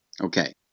okay